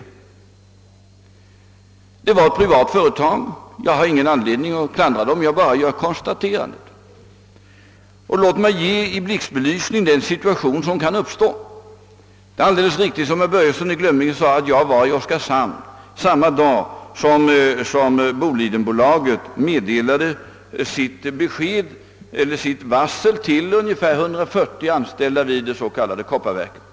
Det var fråga om ett privat företag. Jag har ingen anledning att klandra företaget, jag gör bara detta konstaterande. Låt mig ge en blixtbelysning av hur en sådan situation kan uppstå. Det är alldeles riktigt, såsom herr Börjesson i Glömminge sade, att jag befann mig i Oskarshamn samma dag som Bolidenbolaget lämnade sitt varsel till ungefär 140 anställda vid kopparverket.